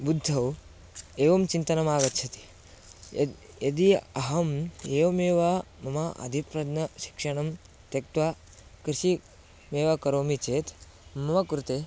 बुद्धौ एवं चिन्तनमागच्छति यद् यदि अहम् एवमेव मम अधिप्रज्ञशिक्षणं त्यक्त्वा कृषिमेव करोमि चेत् मम कृते